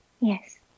Yes